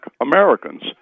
Americans